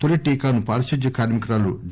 తొలి టీకాను పారిశుద్ధ్య కార్మి కురాలు డి